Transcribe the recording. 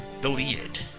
deleted